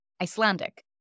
Icelandic